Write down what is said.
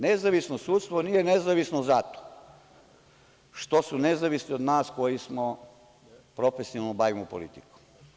Nezavisno sudstvo nije nezavisno zato što su nezavisni od nas koji se profesionalno bavimo politikom.